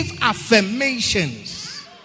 affirmations